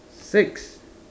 six